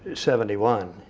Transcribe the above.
seventy one.